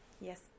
Yes